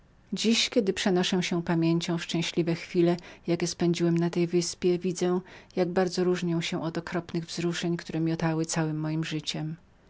dziś kiedy przenoszę się pamięcią w szczęśliwe chwile jakie spędziłem na tej wyspie znajduję je zupełnie oderwane od okropnych wzruszeń które miotały całem mojem życiem